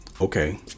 okay